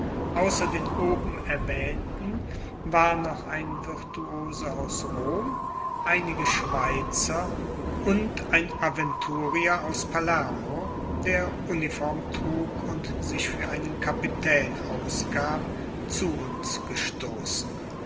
außer den oben erwähnten war noch ein virtuose aus rom einige schweizer und ein avantürier aus palermo der uniform trug und sich für einen kapitän ausgab zu uns gestoßen